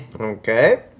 Okay